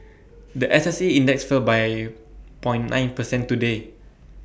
The S S E index fell by point nine percent today